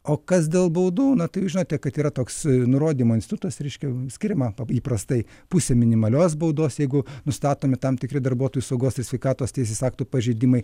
o kas dėl baudų na tai žinote kad yra toks nurodymo instutas reiškia skiriama įprastai pusę minimalios baudos jeigu nustatomi tam tikri darbuotojų saugos ir sveikatos teisės aktų pažeidimai